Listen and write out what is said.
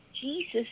Jesus